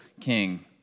king